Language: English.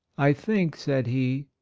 i think, said he,